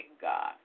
God